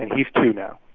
and he's two now.